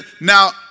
Now